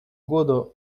года